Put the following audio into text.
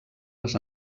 les